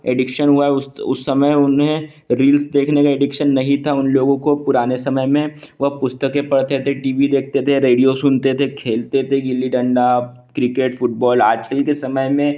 addiction हुआ उस उस समय उन्हें रिल्स देखने का एडिक्शन नहीं था उन लोगों को पुराने समय में वह पुस्तकें पढ़ते थे टी भी देखते थे रेडियो सुनते थे खेलते थे गिल्ली डंडा क्रिकेट फूटबौल आजकल के समय में